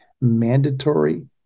mandatory